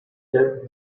death